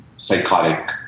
psychotic